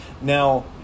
Now